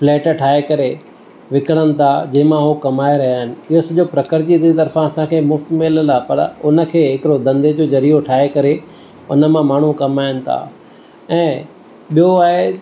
flat ठाहे करे विकिणनि था जंहिं मां हू कमाए रहिया आहिनि इहो सॼो प्रकृति जी तरफ़ां असांखे मुफ़्त मिलियल आहे पर हुनखे एतिरो धंधे जो ज़रियो ठाहे करे हुन मां माण्हू कमाइनि था ऐं ॿियो आहे